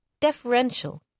deferential